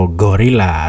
gorilla